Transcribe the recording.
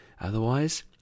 Otherwise